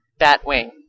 Batwing